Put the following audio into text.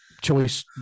choice